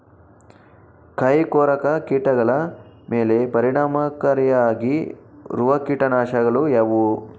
ಕಾಯಿಕೊರಕ ಕೀಟಗಳ ಮೇಲೆ ಪರಿಣಾಮಕಾರಿಯಾಗಿರುವ ಕೀಟನಾಶಗಳು ಯಾವುವು?